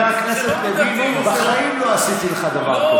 חבר הכנסת לוין, אני בחיים לא עשיתי לך דבר כזה.